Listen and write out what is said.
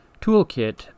toolkit